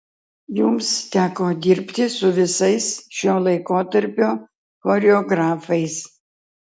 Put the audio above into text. jums teko dirbti su visais šio laikotarpio choreografais